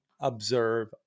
observe